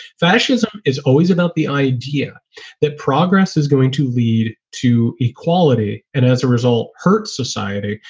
fascism is always about the idea that progress is going to lead to equality. and as a result, hurts society.